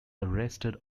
arrested